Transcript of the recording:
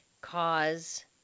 cause